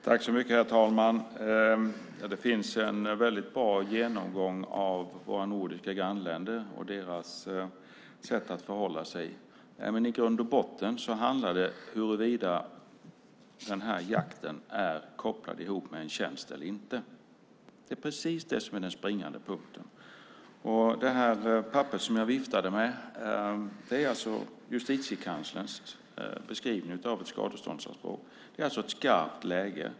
Herr talman! Det finns en väldigt bra genomgång av våra nordiska grannländer och deras sätt att förhålla sig. I grund och botten handlar det om huruvida den här jakten är ihopkopplad med en tjänst eller inte. Det är precis det som är den springande punkten. Det papper som jag viftade med är Justitiekanslerns beskrivning av ett skadeståndsanspråk. Det är alltså ett skarpt läge.